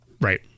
Right